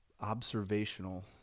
observational